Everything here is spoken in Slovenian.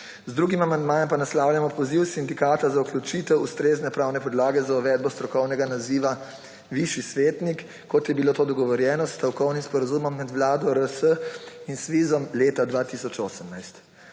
Z drugim amandmajem pa naslavljamo poziv sindikata za vključitev ustrezne pravne podlage za uvedbo strokovnega naziva višji svetnik, kot je bilo to dogovorjeno s stavkovnim sporazumom med Vlado RS in SVIZ leta 2018.